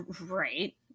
right